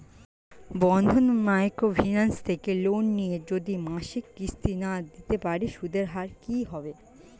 বন্ধন micro finance থেকে loan নিয়ে যদি মাসিক কিস্তি না দিতে পারি সুদের হার কি হবে?